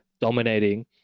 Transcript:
dominating